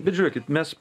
bet žiūrėkit mes